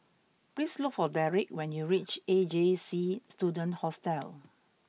please look for Dedric when you reach A J C Student Hostel